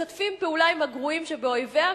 משתפים פעולה עם הגרועים שבאויביה,